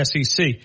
SEC